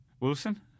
Wilson